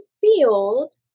field